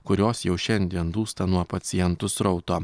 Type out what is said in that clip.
kurios jau šiandien dūsta nuo pacientų srauto